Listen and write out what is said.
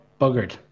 buggered